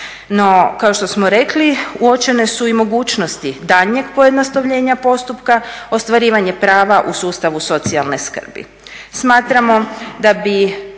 kao što smo rekli, uočene su i mogućnosti daljnjeg pojednostavljenja postupka, ostvarivanje prava u sustavu socijalne skrbi.